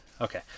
Okay